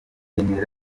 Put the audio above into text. karemire